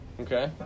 Okay